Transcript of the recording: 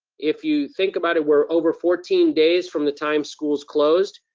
if you think about it, we're over fourteen days from the time schools closed.